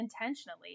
intentionally